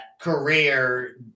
career